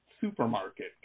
supermarket